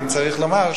אם צריך לומר,